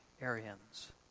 Arians